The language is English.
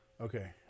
Okay